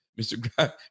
Mr